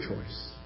choice